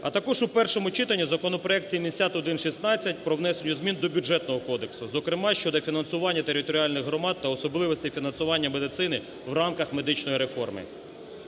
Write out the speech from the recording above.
А також у першому читанні законопроект 7116 про внесення змін до Бюджетного кодексу, зокрема щодо фінансування територіальних громад та особливостей фінансування медицини в рамках медичної реформи.